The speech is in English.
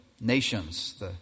Nations